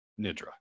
nidra